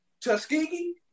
Tuskegee